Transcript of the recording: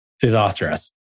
disastrous